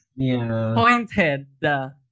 pointed